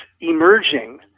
emerging